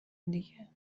دیگه